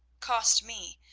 cost me,